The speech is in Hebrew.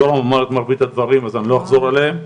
יורם אמר את מרבית הדברים, אז אני לא אחזור עליהם.